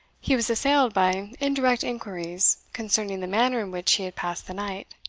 he was assailed by indirect inquiries concerning the manner in which he had passed the night.